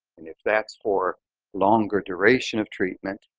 and if that's for longer duration of treatment,